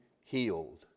healed